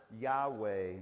Yahweh